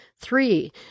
three